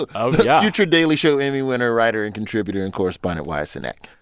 but oh, yeah. future daily show emmy winner, writer and contributor and correspondent wyatt cenac.